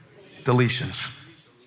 deletions